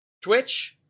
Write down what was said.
twitch